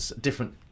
different